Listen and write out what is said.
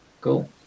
Cool